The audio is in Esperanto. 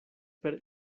per